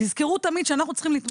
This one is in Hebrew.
תזכרו תמיד שאנחנו צריכים להתמודד,